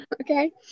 Okay